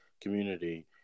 community